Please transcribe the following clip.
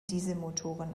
dieselmotoren